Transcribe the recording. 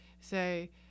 Say